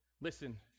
Listen